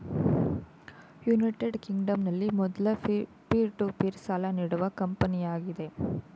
United ಕಿಂಗ್ಡಂನಲ್ಲಿ ಮೊದ್ಲ peer to peer ಸಾಲ ನೀಡುವ ಕಂಪನಿಯಾಗಿದೆ